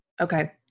Okay